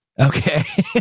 Okay